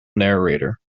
narrator